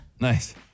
nice